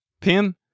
Pim